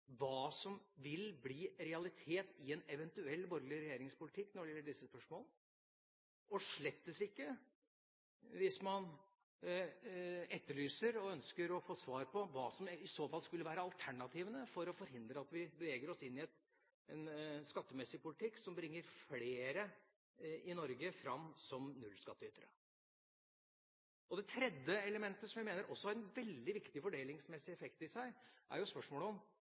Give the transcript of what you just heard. hva som vil bli en realitet i en eventuell borgerlig regjeringspolitikk i disse spørsmålene, og slett ikke hvis man etterlyser og ønsker å få svar på hva som i så fall skulle være alternativene for å forhindre at vi beveger oss inn i en skattepolitikk som bringer fram flere nullskattytere i Norge. Det tredje elementet, som jeg mener også har en veldig viktig fordelingsmessig effekt i seg, er spørsmålet om